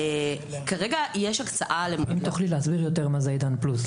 אם תוכלי להסביר יותר מה זה עידן פלוס,